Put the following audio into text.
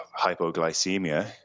hypoglycemia